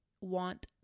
want